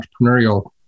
entrepreneurial